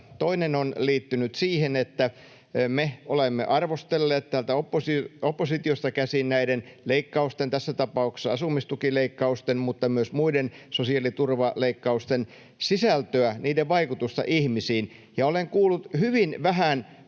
Toinen on liittynyt siihen, että me olemme arvostelleet täältä oppositiosta käsin näiden leikkausten — tässä tapauksessa asumistukileikkausten mutta myös muiden sosiaaliturvaleikkausten — sisältöä, niiden vaikutusta ihmisiin. Ja olen kuullut hyvin vähän